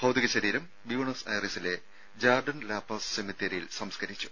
ഭൌതിക ശരീരം ബ്യൂണസ് ഐറിസിലെ ജാർഡിൻ ലാപാസ് സെമിത്തേരി യിൽ സംസ്കരിച്ചു